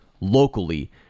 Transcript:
locally